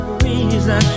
reason